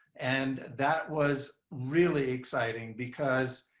and that was really exciting. because,